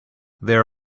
there